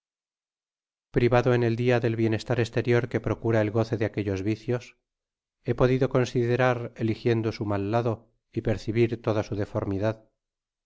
privado en el dia del bienestar esterior que procura el goce de aquellos vicios he podido considerar eligiendo su mal lado y percibir toda su deformidad